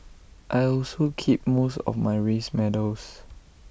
I also keep most of my race medals